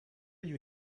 you